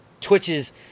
twitches